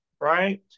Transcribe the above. right